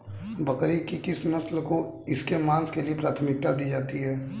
बकरी की किस नस्ल को इसके मांस के लिए प्राथमिकता दी जाती है?